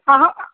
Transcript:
अहं